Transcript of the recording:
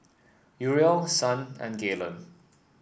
Uriel Son and Gaylon